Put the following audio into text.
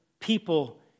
people